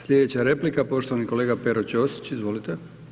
Slijedeća replika poštovani kolega Pero Čosić, izvolite.